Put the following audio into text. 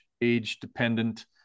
age-dependent